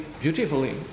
beautifully